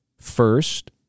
First